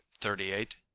thirty-eight